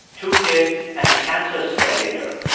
two kids and a cancer scare later,